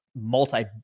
multi